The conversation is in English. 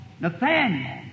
Nathaniel